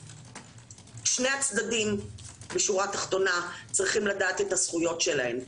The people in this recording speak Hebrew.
שני הצדדים בשורה התחתונה צריכים לדעת את הזכויות שלהם.